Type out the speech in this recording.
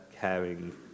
caring